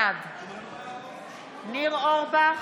בעד ניר אורבך,